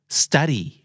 study